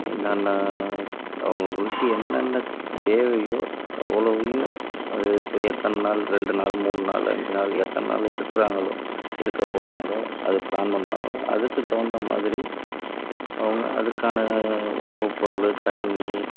என்னென்ன அவங்கவுங்களுக்கு என்னென்ன தேவையோ அவ்வளோவையும் அது இப்போ எத்தனை நாள் ரெண்டு நாள் மூணு நாள் அஞ்சு நாள் எத்தனை நாள் இருக்கிறாங்களோ இருக்கப் போகிறாங்களோ அது ப்ளான் பண்ணுறாங்களோ அதுக்கு தகுந்த மாதிரி அவங்க அதுக்கான உணவுப் பொருள் தண்ணி